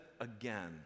again